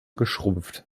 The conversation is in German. geschrumpft